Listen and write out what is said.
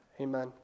amen